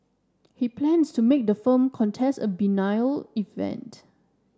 he plans to make the film contest a biennial event